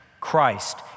Christ